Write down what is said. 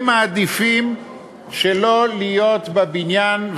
הם מעדיפים שלא להיות בבניין,